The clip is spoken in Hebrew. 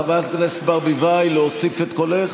חברת הכנסת ברביבאי, להוסיף את קולך?